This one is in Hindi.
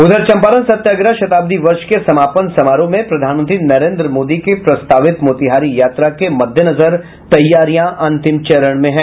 उधर चंपारण सत्याग्रह शताब्दी वर्ष के समापन समारोह में प्रधानमंत्री नरेन्द्र मोदी के प्रस्तावित मोतिहारी यात्रा के मद्देनजर तैयारियां अंतिम चरण में है